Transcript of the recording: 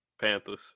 Panthers